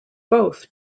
both